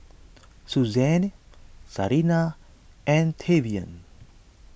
Suzanne Sarina and Tavion